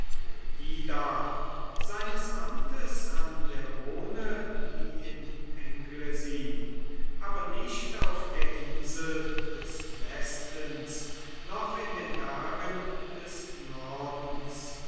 seines amtes an der rhone wie in anglesey aber nicht auf der insel des westens noch in den bergen des nordens